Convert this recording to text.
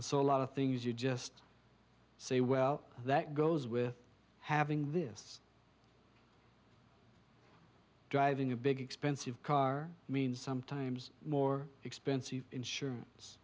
so a lot of things you just say well that goes with having this driving a big expensive car means sometimes more expensive insurance